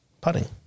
putting